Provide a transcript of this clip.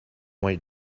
white